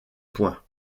points